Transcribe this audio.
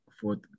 fourth